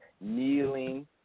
kneeling